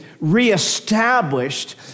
reestablished